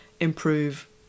improve